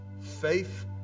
faith